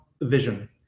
vision